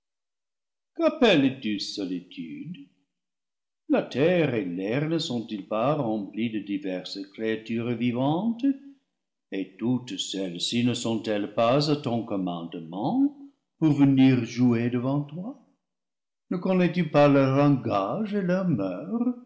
quappelles tu solitude la terre et l'air ne sont-ils pas remplis de diverses créatures vivantes et toutes celles-ci ne sont-elles pas à ton commandement pour venir jouer devant toi ne connais-tu pas leur langage et leurs